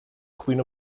queen